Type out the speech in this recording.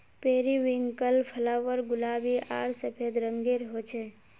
periwinkle flower गुलाबी आर सफ़ेद रंगेर होचे